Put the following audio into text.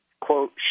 Quote